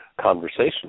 conversation